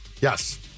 Yes